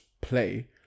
play